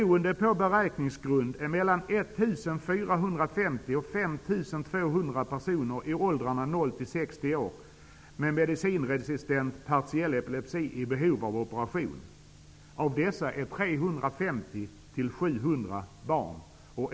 5 200 personer i åldrarna 0--60 år med medicinresistent partiell epilepsi i behov av operation. Av dessa är 350--700 barn.